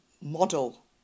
model